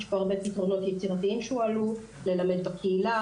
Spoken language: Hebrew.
הועלו פה הרבה פתרונות יצירתיים שאפשר לעשות: ללמד בקהילה,